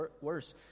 worse